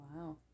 wow